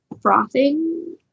frothing